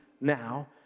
now